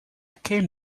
came